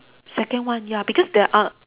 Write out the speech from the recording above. second one ya because there are